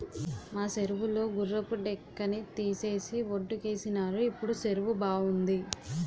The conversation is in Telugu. మా సెరువు లో గుర్రపు డెక్కని తీసేసి వొడ్డుకేసినారు ఇప్పుడు సెరువు బావుంది